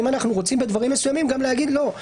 האם אנו רוצים בדברים מסוימים לומר: לא,